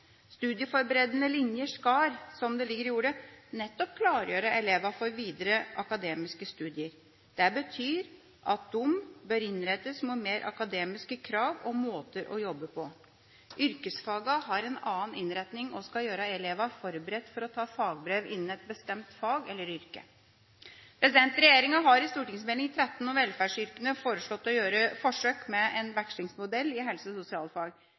videre akademiske studier. Det betyr at de bør innrettes mot mer akademiske krav og måter å jobbe på. Yrkesfagene har en annen innretning og skal gjøre elevene forberedt på å ta fagbrev innen et bestemt fag eller yrke. Regjeringa har i Meld. St. 13 for 2011–2012 om velferdsyrkene foreslått å gjøre forsøk med en vekslingsmodell i helse- og sosialfag.